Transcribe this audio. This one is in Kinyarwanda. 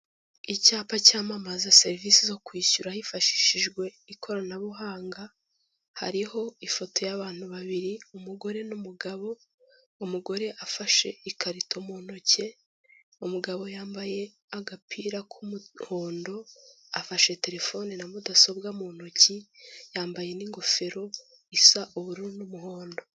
Icyapa cyamamaza serivisi zo kwishyura hifashishijwe ikoranabuhanga, hariho ifoto y'abantu babiri umugore n'umugabo, umugore afashe ikarito mu ntoki, umugabo yambaye agapira k'umuhondo afashe terefoni na mudasobwa mu ntoki, yambaye n'ingofero isa ubururu n'umuhondo.